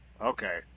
okay